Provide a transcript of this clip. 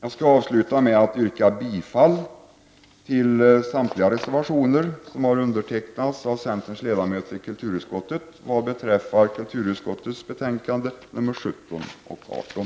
Härmed vill jag yrka bifall till samtliga reservationer i kulturutskottets betänkanden nr 17 och 18 som centerns ledamöter i utskottet står bakom.